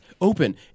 Open